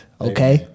Okay